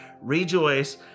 rejoice